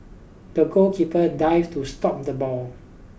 the goalkeeper dived to stop the ball